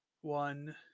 one